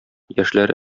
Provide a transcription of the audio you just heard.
яшьләре